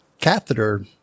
catheter